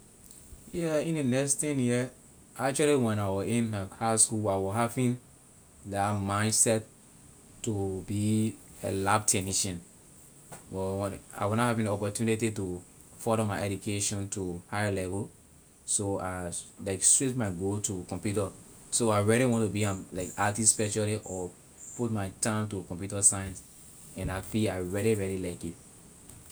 Yeah in the next ten year actually when I was in high school I was having la mindset to be a lab technician but when I was na having the opportunity to further my education to higher level so I like switch my goal to computer so I really want to be an like it specialist or put my time to computer science and la field I really really like it.